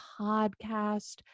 podcast